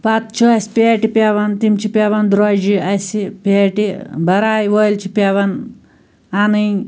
پَتہٕ چھِ اسہِ پیٹہِ پیٚوان تِم چھِ پیٚوان درٛوٚجہِ اسہِ پیٹہِ بھرٲے وٲلۍ چھِ پیٚوان اَنٕنۍ